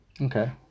Okay